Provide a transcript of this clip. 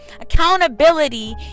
Accountability